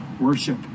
worship